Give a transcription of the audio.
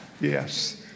yes